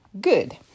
good